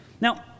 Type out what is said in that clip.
Now